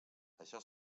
això